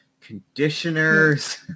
conditioners